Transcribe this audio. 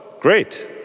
great